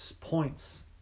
Points